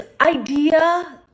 idea